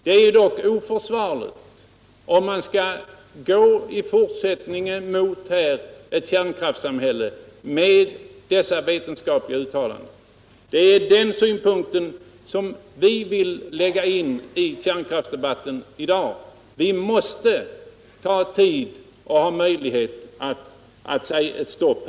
Det är dock oförsvarligt alt låta utvecklingen i fortsättningen gå emot ett kärnkraftsamhälle trots dessa vetenskapliga uttalanden. Det är den synpunkten som vi vill föra in i kärnkraftsdebatten i dag. Vi måste ta tid på oss och ha möjlighet att säga stopp.